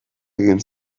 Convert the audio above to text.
egin